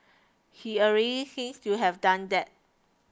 he already seems to have done that